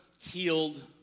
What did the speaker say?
healed